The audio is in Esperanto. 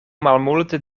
malmulte